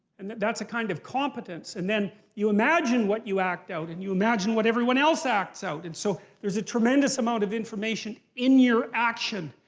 and that's a kind of competence. and then you imagine what you act out. and you imagine what everyone else acts out, and so there's a tremendous amount of information in your action.